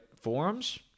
forums